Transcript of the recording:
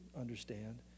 understand